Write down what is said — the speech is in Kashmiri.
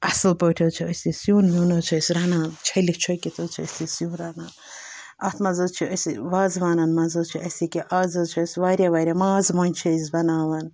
اَصٕل پٲٹھی حظ چھِ أسۍ یہِ سیُٚن ویُٚن حظ چھِ أسۍ رَنان چھٔلِتھ چھوٚکِتھ حظ چھِ أسۍ یہِ سیُٚن رَنان اَتھ منٛز حظ چھِ أسۍ وازوانَن منٛز حظ اَسہِ ییٚکیٛاہ آز حظ چھِ اَسہِ واریاہ واریاہ مازٕ مۄنجہِ چھِ أسۍ بَناوان